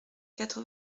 quatre